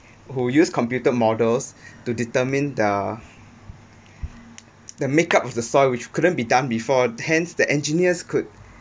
who used computer models to determine the the makeup of the soil which couldn't be done before hence the engineers could